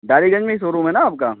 डालीगंज में ही शोरूम है आपका